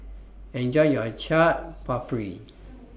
Enjoy your Chaat Papri